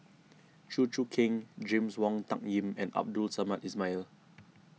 Chew Choo Keng James Wong Tuck Yim and Abdul Samad Ismail